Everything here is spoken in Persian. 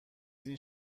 این